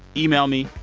email me.